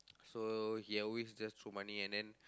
so he always just throw money and then